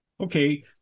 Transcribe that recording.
Okay